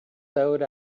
sewed